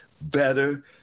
better